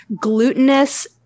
glutinous